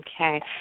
Okay